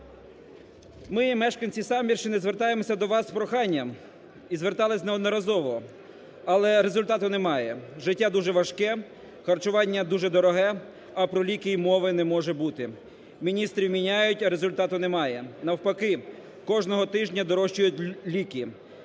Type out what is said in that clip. Ми – мешканці Самбірщини звертаємося до вас із проханням і зверталися неодноразово, але результату немає. Життя дуже важке, харчування дуже дороге, а про ліки і мови не може бути. Міністрів міняють, а результату немає, навпаки – кожного тижня дорожчають ліки.